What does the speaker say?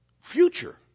future